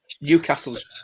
newcastle's